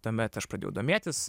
tuomet aš pradėjau domėtis